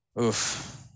Oof